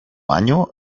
año